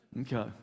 okay